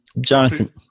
jonathan